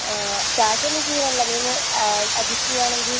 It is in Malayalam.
ക്യാഷ് ഒന്നും സീൻ അല്ല നീ ഒന്ന് അഡ്ജസ്റ്റ് ചെയ്യുവാണെങ്കിൽ